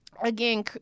again